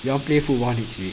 you want play football next week